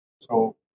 So-